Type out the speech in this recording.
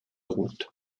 route